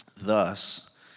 Thus